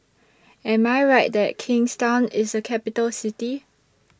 Am I Right that Kingstown IS A Capital City